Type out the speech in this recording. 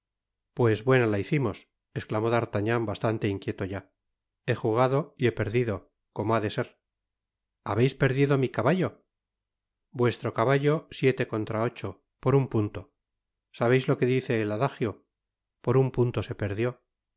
pues buena la hicimos esclamó d'artagnan bastante inquieto ya he jugado y he perdido cómo ha de ser habeis perdido mi a caballo vuestro caballo siete contra ocho por un punto sabeis lo que dice el adajio por un punto se perdió